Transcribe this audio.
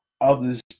others